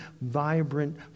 vibrant